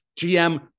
GM